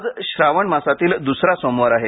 आज श्रावण मासातील दुसरा सोमवार आहे